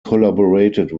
collaborated